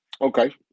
Okay